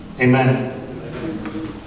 Amen